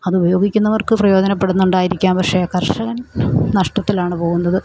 അത് ഉപയോഗിക്കുന്നവർക്ക് പ്രയോജനപ്പെടുന്നുണ്ടായിരിക്കാം പക്ഷേ കർഷകൻ നഷ്ടത്തിലാണ് പോകുന്നത്